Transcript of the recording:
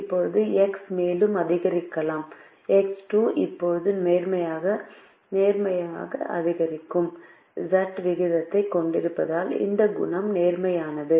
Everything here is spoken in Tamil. இப்போது X மேலும் அதிகரிக்கலாம் X 2 இப்போது நேர்மறையான அதிகரிக்கும் Z விகிதத்தைக் கொண்டிருப்பதால் இந்த குணகம் நேர்மறையானது